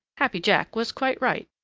happy jack was quite right.